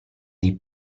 dei